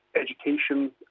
education